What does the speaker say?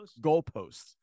goalposts